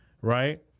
Right